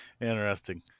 Interesting